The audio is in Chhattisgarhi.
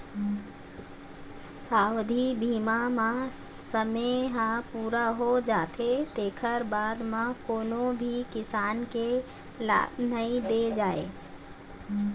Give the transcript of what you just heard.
सावधि बीमा म समे ह पूरा हो जाथे तेखर बाद म कोनो भी किसम के लाभ नइ दे जाए